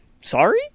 Sorry